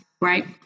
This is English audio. right